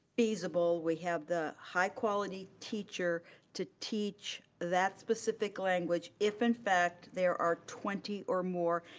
feasible we have the high quality teacher to teach that specific language, if in fact, there are twenty or more,